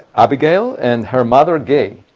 abigail, and her mother gay,